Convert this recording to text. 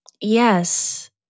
Yes